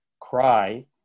cry